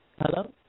Hello